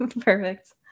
Perfect